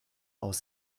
aus